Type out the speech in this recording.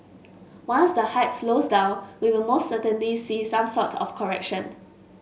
once the hype slows down we will most certainly see some sort of correction